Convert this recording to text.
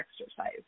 exercise